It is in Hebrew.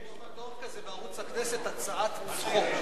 יש מדור כזה בערוץ הכנסת "הצעת צחוק",